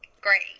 Great